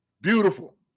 Beautiful